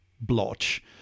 blotch